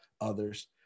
others